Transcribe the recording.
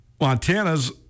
Montana's